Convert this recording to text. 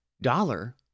dollar